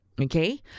okay